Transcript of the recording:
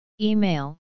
Email